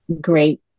great